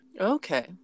okay